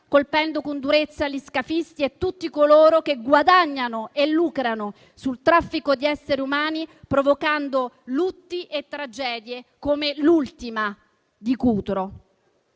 colpendo con durezza gli scafisti e tutti coloro che guadagnano e lucrano sul traffico di esseri umani, provocando lutti e tragedie come l'ultima di Cutro.